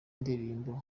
ndirimbo